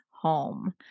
home